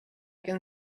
can